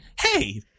hey